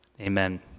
Amen